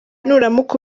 nuramuka